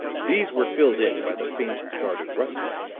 these were filled in by the faint guarded rustling.